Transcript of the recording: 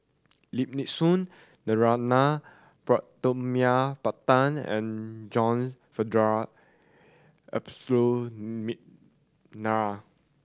Lim Nee Soon Narana Putumaippittan and John Frederick Adolphus McNair